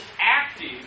active